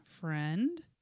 Friend